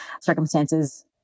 circumstances